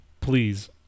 please